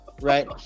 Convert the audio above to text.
right